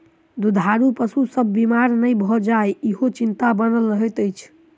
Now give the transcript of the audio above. दूधारू पशु सभ बीमार नै भ जाय, ईहो चिंता बनल रहैत छै